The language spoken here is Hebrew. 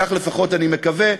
כך לפחות אני מקווה,